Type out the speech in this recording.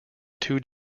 two